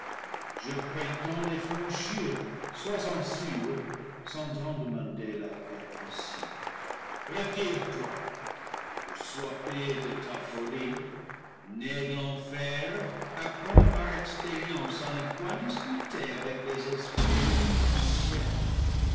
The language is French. je prétends les franchir sois-en sûre sans t'en demander la permission retire-toi ou sois payée de ta folie née de l'enfer apprends par expérience à ne point disputer avec les esprits du ciel